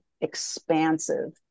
expansive